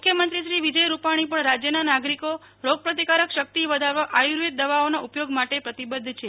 મુખ્યમંત્રી શ્રી વિજય રૂપાણી પણ રાજ્યના નાગરિકો રોગપ્રતિકારક શકિત વધારવા આયુર્વેદ દવાઓના ઉપયોગ માટે પ્રતિબદ્વ છે